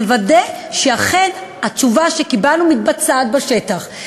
נוודא שאכן התשובה שקיבלנו מתבצעת בשטח,